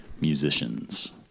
musicians